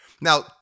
Now